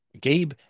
Gabe